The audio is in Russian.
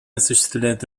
осуществляют